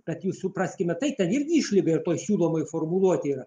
kad jų supraskime ten išlyga ir toj siūlomoj formuluotėj yra